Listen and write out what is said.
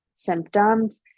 symptoms